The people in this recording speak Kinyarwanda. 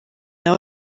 nawe